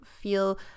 feel